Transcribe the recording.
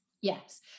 Yes